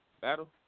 battle